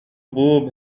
بوب